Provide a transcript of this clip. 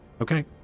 Okay